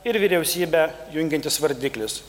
ir vyriausybę jungiantis vardiklis